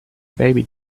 baby